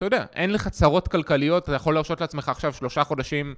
אתה יודע, אין לך צרות כלכליות, אתה יכול להרשות לעצמך עכשיו שלושה חודשים.